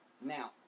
Now